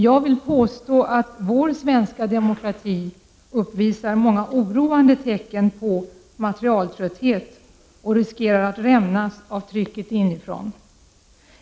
Jag vill påstå att vår svenska demokrati uppvisar många oroande tecken på ”materialtrötthet” och riskerar att rämna av trycket inifrån.